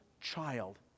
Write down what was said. child